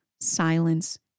silence